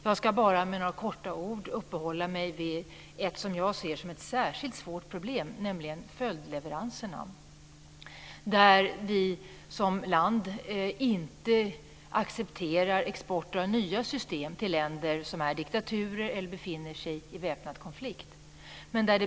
Jag ska helt kort uppehålla mig vid vad jag ser som ett särskilt svårt problem, nämligen följdleveranserna. Där accepterar vi som land inte export av nya system till länder som är diktaturer eller som befinner sig i väpnad konflikt.